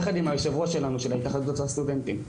יחד עם היושב-ראש שלנו, של התאחדות הסטודנטים.